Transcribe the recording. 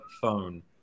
Phone